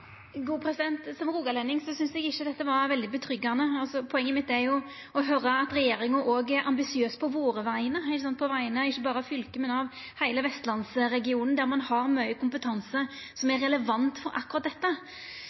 Som rogalending synest eg ikkje dette var veldig tillitvekkjande. Poenget mitt er å høyra om regjeringa òg er ambisiøs på våre vegner – ikkje berre på vegner av fylket, men på vegner av heile vestlandsregionen, der ein har mykje kompetanse som er relevant for akkurat dette.